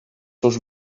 seus